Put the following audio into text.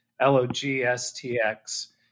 L-O-G-S-T-X